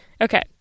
Okay